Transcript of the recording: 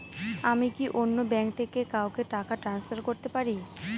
আমি কি অন্য ব্যাঙ্ক থেকে কাউকে টাকা ট্রান্সফার করতে পারি?